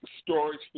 storage